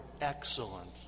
excellent